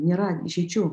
nėra išeičių